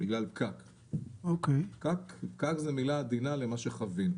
פקק זו מילה עדינה למה שחווינו.